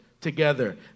together